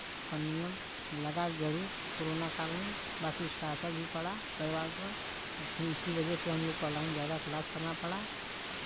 का नियम लगा जरूर कोरोना काल में बाँकी उसका असर भी पड़ा परिवार पर और फिर इसी वजह से हम लोग को ऑनलाइन ज़्यादा क्लास करना पड़ा